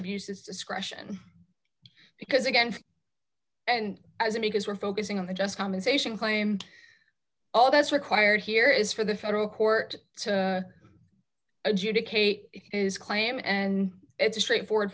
abuses discretion because again and as a because we're focusing on the just compensation claim all that's required here is for the federal court to adjudicate is claim and it's a straightforward